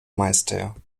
meister